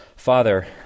Father